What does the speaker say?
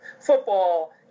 football